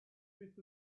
fifth